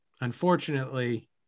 Unfortunately